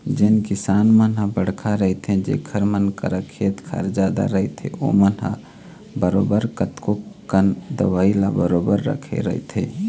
जेन किसान मन ह बड़का रहिथे जेखर मन करा खेत खार जादा रहिथे ओमन ह बरोबर कतको कन दवई ल बरोबर रखे रहिथे